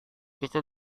kecil